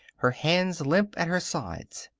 her hands limp at her sides.